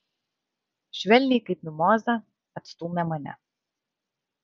švelniai kaip mimozą atstūmė mane